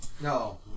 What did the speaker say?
No